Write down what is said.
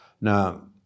Now